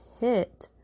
hit